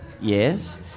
Yes